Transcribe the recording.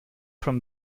from